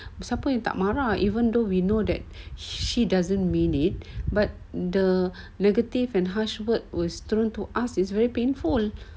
siapa yang tak marah even though we know that she doesn't mean it but the negative and harsh word was thrown to us it's very painful